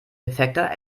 defekter